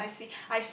ya